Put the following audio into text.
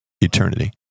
eternity